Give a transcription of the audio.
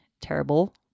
terrible